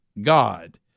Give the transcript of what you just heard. God